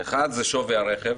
1. זה שווי הרכב,